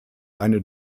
eine